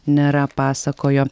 nėra pasakojo